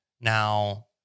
Now